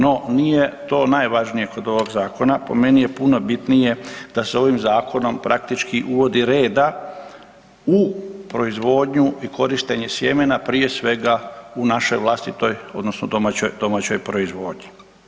No, nije to najvažnije kod ovog zakona, po meni je puno bitnije da se ovim zakonom praktički uvodi reda u proizvodnju i korištenje sjemena, prije svega u našoj vlastitoj odnosno domaćoj proizvodnji.